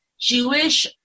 Jewish